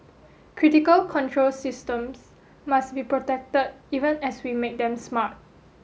critical control systems must be protect even as we make them smart